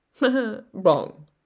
Wrong